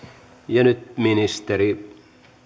ja nyt ministeri